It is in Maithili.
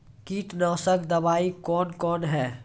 कीटनासक दवाई कौन कौन हैं?